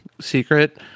secret